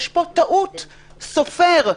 יש פה טעות סופר,